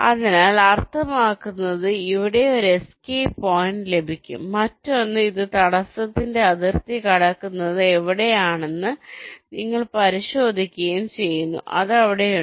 അതിനാൽ അർത്ഥമാക്കുന്നത് ഇവിടെ ഒരു എസ്കേപ്പ് പോയിന്റ് ലഭിക്കും മറ്റൊന്ന് അത് തടസ്സത്തിന്റെ അതിർത്തി കടക്കുന്നത് എവിടെയാണെന്ന് നിങ്ങൾ പരിശോധിക്കുകയും ചെയ്യുന്നു അത് ഇവിടെയുണ്ട്